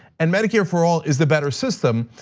and medicare for all is the better system.